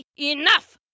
enough